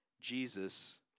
Jesus